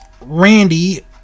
Randy